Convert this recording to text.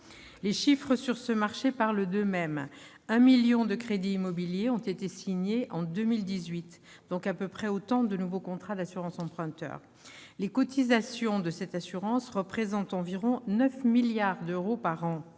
Les chiffres relatifs à ce marché parlent d'eux-mêmes : 1 million de crédits immobiliers ont été contractés en 2018. À peu près autant de nouveaux contrats d'assurance emprunteur ont donc été conclus. Les cotisations de cette assurance représentent environ 9 milliards d'euros par an.